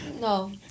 No